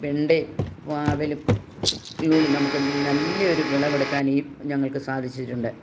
വെണ്ടയും പാവലും കൂടി നമുക്ക് നല്ല ഒരു വിളവെടുക്കാന് ഞങ്ങൾക്ക് സാധിച്ചിട്ടുണ്ട്